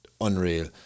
unreal